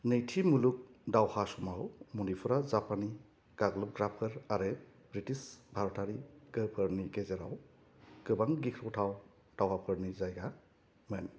नैथि मुलुग दावहा समाव मणिपुरा जापानी गाग्लोबग्राफोर आरो ब्रिटिश भारतारि गोहोफोरनि गेजेराव गोबां गिख्रंथाव दावहाफोरनि जायगामोन